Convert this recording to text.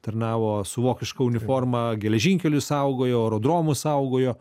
tarnavo su vokiška uniforma geležinkelius saugojo aerodromus saugojo